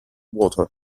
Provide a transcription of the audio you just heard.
water